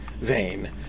vain